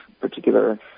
particular